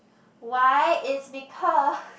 why is because